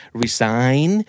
resign